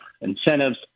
incentives